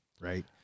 right